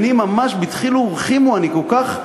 אני ממש, בדחילו ורחימו, אני כל כך,